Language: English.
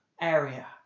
area